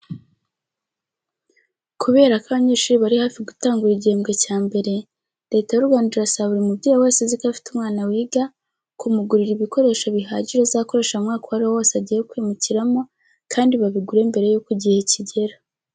Kubera ko abanyeshuri bari hafi gutangura igihembwe cya mbere, Leta y'u Rwanda irasaba buri mubyeyi wese uziko afite umwana wiga, kumugurira ibikoresho bihagije azakoresha mu mwaka uwo ari wo wose agiye kwimukiramo, kandi babigure mbere y'uko igihe kigera.